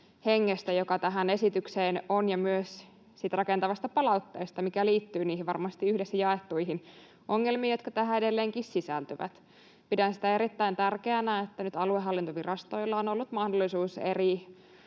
hengestä, joka tähän esitykseen on, ja myös siitä rakentavasta palautteesta, mikä liittyy niihin varmasti yhdessä jaettuihin ongelmiin, jotka tähän edelleenkin sisältyvät. Pidän sitä erittäin tärkeänä, että nyt aluehallintovirastoilla on ollut mahdollisuus eri